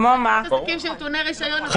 יש עסקים שהם טעוני רישיון, אבל --- נכון.